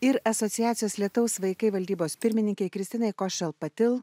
ir asociacijos lietaus vaikai valdybos pirmininkei kristinai košel patil ačiū už